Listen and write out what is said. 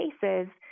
cases